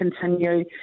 continue